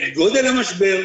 את גודל המשבר.